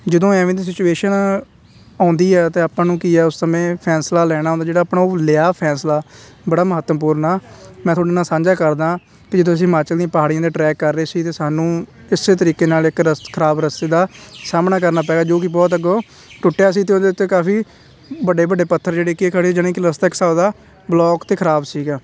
ਜਦੋਂ ਐਵੇਂ ਦੀ ਸਿਚੁਏਸ਼ਨ ਆਉਂਦੀ ਹੈ ਤਾਂ ਆਪਾਂ ਨੂੰ ਕੀ ਆ ਉਸ ਸਮੇਂ ਫੈਸਲਾ ਲੈਣਾ ਹੁੰਦਾ ਜਿਹੜਾ ਆਪਣਾ ਉਹ ਲਿਆ ਫੈਸਲਾ ਬੜਾ ਮਹੱਤਵਪੂਰਨ ਆ ਮੈਂ ਤੁਹਾਡੇ ਨਾਲ ਸਾਂਝਾ ਕਰਦਾ ਕਿ ਜਦੋਂ ਅਸੀਂ ਹਿਮਾਚਲ ਦੀਆਂ ਪਹਾੜੀਆਂ 'ਤੇ ਟਰੈਕ ਕਰ ਰਹੇ ਸੀ ਤਾਂ ਸਾਨੂੰ ਇਸ ਤਰੀਕੇ ਨਾਲ ਇੱਕ ਰਸ ਖਰਾਬ ਰਸਤੇ ਦਾ ਸਾਹਮਣਾ ਕਰਨਾ ਪਿਆ ਜੋ ਕਿ ਬਹੁਤ ਅੱਗੋਂ ਟੁੱਟਿਆ ਸੀ ਅਤੇ ਉਹਦੇ ਉੱਤੇ ਕਾਫੀ ਵੱਡੇ ਵੱਡੇ ਪੱਥਰ ਜਿਹੜੇ ਕਿ ਖੜ੍ਹੇ ਯਾਨੀ ਕਿ ਰਸਤਾ ਇੱਕ ਹਿਸਾਬ ਦਾ ਬਲੋਕ ਅਤੇ ਖਰਾਬ ਸੀਗਾ